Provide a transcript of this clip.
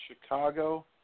Chicago